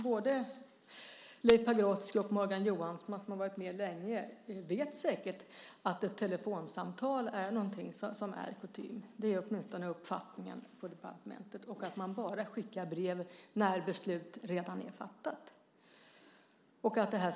Både Leif Pagrotsky och Morgan Johansson, som har varit med länge, vet säkert att ett telefonsamtal är någonting som är kutym - det är åtminstone uppfattningen på departementet - och att man bara skickar brev när beslut redan är fattat.